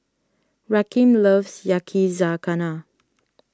Rakeem loves Yakizakana